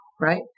right